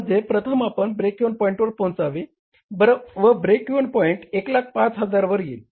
मध्ये प्रथम आपण ब्रेक इव्हन पॉइंटवर पोहचावे व ब्रेक इव्हन पॉईंट 105000 वर येईल